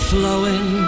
flowing